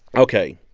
ok.